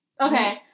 Okay